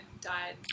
died